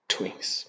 Twins